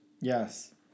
Yes